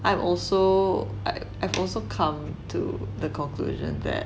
I also I have also come to the conclusion that